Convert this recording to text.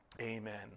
Amen